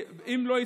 ואם לא,